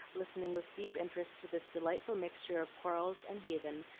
listening with deep interest to this delightful mixture of quarrels and heathen,